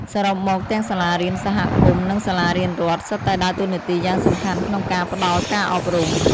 សរុបមក ទាំងសាលារៀនសហគមន៍ និងសាលារៀនរដ្ឋសុទ្ធតែដើរតួនាទីយ៉ាងសំខាន់ក្នុងការផ្ដល់ការអប់រំ។